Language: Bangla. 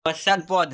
পশ্চাৎপদ